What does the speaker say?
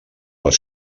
les